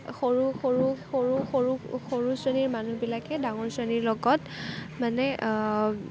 সৰু সৰু সৰু সৰু সৰু শ্ৰেণীৰ মানুহবিলাকে ডাঙৰ শ্ৰেণীৰ লগত মানে